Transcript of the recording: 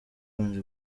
cyabanje